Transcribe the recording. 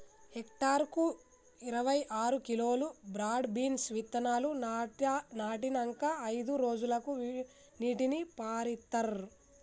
hectare కు ఇరవై ఆరు కిలోలు బ్రాడ్ బీన్స్ విత్తనాలు నాటినంకా అయిదు రోజులకు నీటిని పారిత్తార్